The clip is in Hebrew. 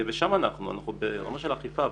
ושם אנחנו, אנחנו ברמה של אכיפה.